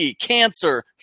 cancer